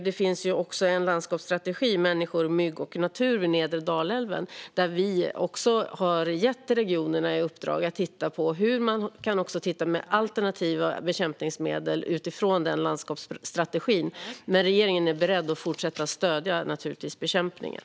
Det finns också en landskapsstrategi - Människor, mygg och natur vid nedre Dalälven - där vi har gett regionerna i uppdrag att titta på hur man kan hitta alternativa bekämpningsmedel. Men regeringen är naturligtvis beredd att fortsätta stödja bekämpningen.